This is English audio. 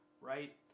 right